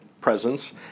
presence